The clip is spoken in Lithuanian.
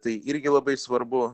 tai irgi labai svarbu